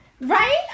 Right